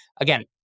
Again